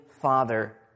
Father